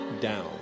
down